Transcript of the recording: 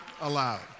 allowed